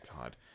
God